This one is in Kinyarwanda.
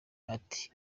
ati